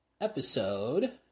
episode